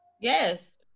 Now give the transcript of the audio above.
yes